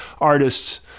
artists